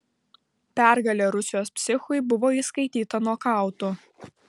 pergalė rusijos psichui buvo įskaityta nokautu